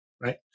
right